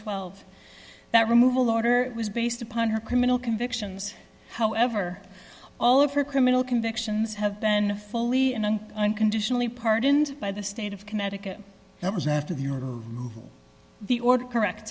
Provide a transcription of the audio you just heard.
twelve that removal order was based upon her criminal convictions however all of her criminal convictions have been a fully and unconditionally pardoned by the state of connecticut that was after the order of the order correct